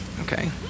Okay